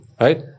Right